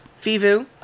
Fivu